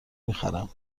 میخرم